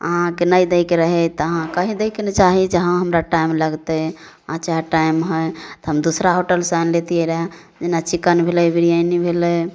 अहाँके नहि दैके रहै तऽ अहाँ कहि दैके ने चाही जे हँ हमरा टाइम लगतै आओर चाहे टाइम हइ तऽ हम दूसरा होटलसँ आनि लेतिए रहै जेना चिकन भेलै बिरयानी भेलै